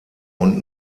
und